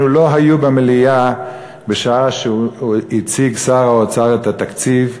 לא היו במליאה בשעה שהציג שר האוצר את התקציב.